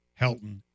Helton